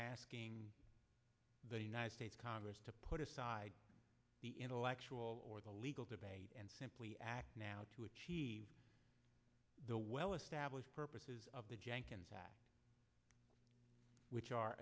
asking the united states congress to put aside the intellectual or the legal debate and simply act now to achieve the well established purposes of the jenkins which are